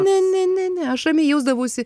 ne ne ne ne aš rami jausdavausi